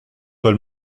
soit